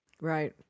Right